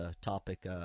topic –